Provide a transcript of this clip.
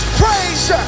praise